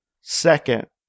second